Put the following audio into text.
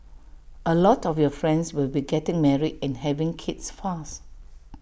A lot of your friends will be getting married and having kids fast